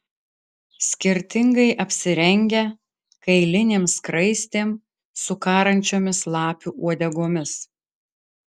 skirtingai apsirengę kailinėm skraistėm su karančiomis lapių uodegomis